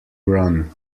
run